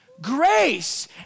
Grace